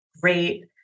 great